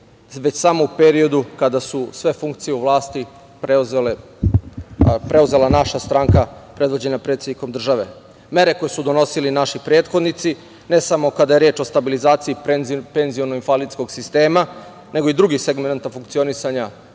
već samo u periodu kada su sve funkcije u vlasti preuzela naša stranka predvođena predsednikom države. Mere koje su donosili naši prethodnici, ne samo kad je reč o stabilizaciji penziono-invalidskog sistema, nego i drugih segmenata funkcionisanja